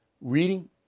Reading